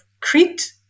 Crete